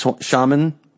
shaman